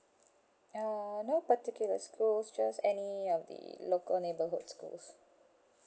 err no particular schools just any of the local neighbourhood schools